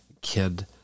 kid